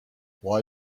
why